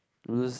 losers